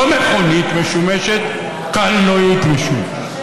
לא מכונית משומשת, קלנועית משומשת.